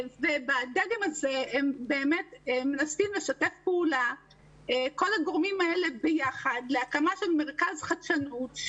בדגם הזה מנסים לשתף פעולה כל הגורמים האלה ביחד להקמה של מרכז חדשנות,